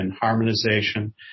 harmonization